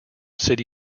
city